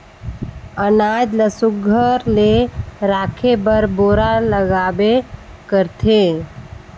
अनाज ल सुग्घर ले राखे बर बोरा लागबे करथे